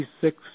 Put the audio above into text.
six